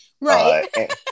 Right